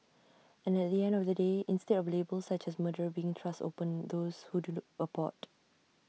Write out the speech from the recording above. and at the end of the day instead of labels such as murderer being thrust upon those who do abort